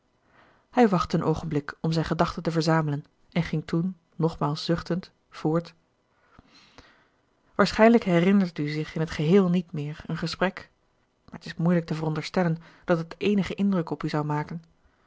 hij wachtte een oogenblik om zijn gedachten te verzamelen en ging toen nogmaals zuchtend voort waarschijnlijk herinnert u zich in het geheel niet meer een gesprek het is moeilijk te veronderstellen dat het eenigen indruk op u zou maken